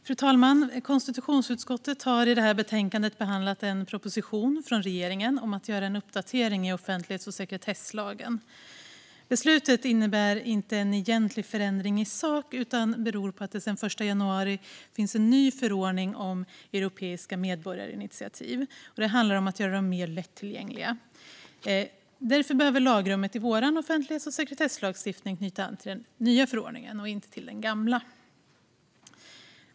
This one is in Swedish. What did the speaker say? Fru talman! Konstitutionsutskottet har i betänkandet behandlat en proposition från regeringen om att göra en uppdatering i offentlighets och sekretesslagen. Beslutet innebär inte en egentlig förändring i sak, utan det beror på att det sedan den 1 januari finns en ny förordning om europeiska medborgarinitiativ som handlar om att göra dem mer lättillgängliga. Därför behöver lagrummet i vår offentlighets och sekretesslagstiftning knyta an till den nya förordningen och inte till den gamla.